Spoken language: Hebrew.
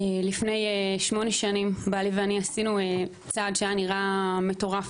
לפני שמונה שנים בעלי ואני עשינו צעד שהיה נראה מטורף